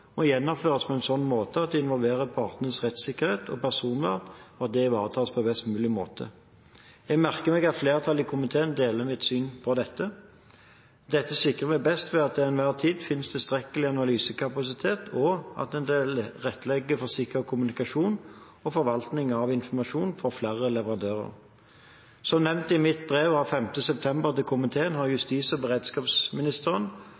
må gjennomføres på en slik måte at de involverte partenes rettssikkerhet og personvern ivaretas på best mulig måte. Jeg merker meg at flertallet i komiteen deler mitt syn på dette. Dette sikrer vi best ved at det til enhver tid finnes tilstrekkelig analysekapasitet, og at man tilrettelegger for sikker kommunikasjon og forvaltning av informasjon fra flere leverandører. Som nevnt i mitt brev av 5. september 2014 til komiteen har